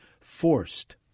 forced